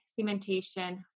cementation